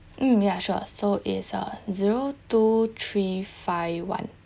mm ya sure so is uh zero two three five one